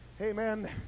Amen